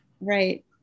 Right